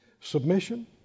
Submission